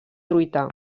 truita